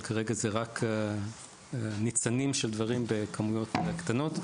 אבל כרגע זה רק ניצנים של דברים בכמויות קטנות.